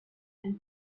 and